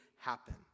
happen